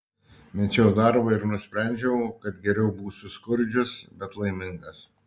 mečiau darbą ir nusprendžiau kad geriau būsiu skurdžius bet laimingas